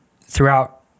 throughout